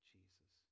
Jesus